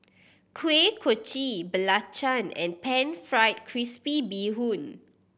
Kuih Kochi belacan and Pan Fried Crispy Bee Hoon